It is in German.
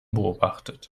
beobachtet